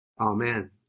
Amen